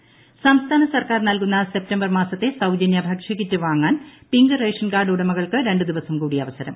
സൌജനൃ kit സംസ്ഥാന സർക്കാർ നൽകുന്ന സെപ്റ്റംബർ മാസത്തെ സൌജന്യ ഭക്ഷ്യക്കിറ്റ് വാങ്ങാൻ പിങ്ക് റേഷൻ കാർഡ് ഉടമകൾക്ക് രണ്ടു ദിവസം കൂടി അവസരം